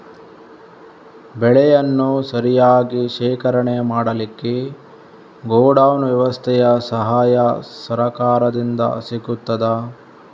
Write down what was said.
ಬೆಳೆಯನ್ನು ಸರಿಯಾಗಿ ಶೇಖರಣೆ ಮಾಡಲಿಕ್ಕೆ ಗೋಡೌನ್ ವ್ಯವಸ್ಥೆಯ ಸಹಾಯ ಸರಕಾರದಿಂದ ಸಿಗುತ್ತದಾ?